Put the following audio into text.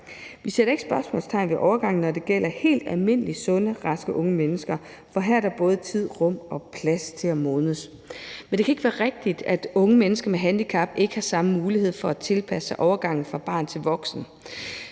Vi sætter ikke spørgsmålstegn ved overgangen, når det gælder helt almindelige sunde, raske unge mennesker, for her er der både tid, rum og plads til at modnes. Men det kan ikke være rigtigt, at unge mennesker med handicap ikke har samme mulighed for at tilpasse sig overgangen fra barn til voksen.